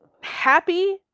happy